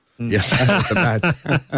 Yes